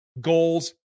goals